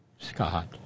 Scott